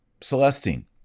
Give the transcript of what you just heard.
Celestine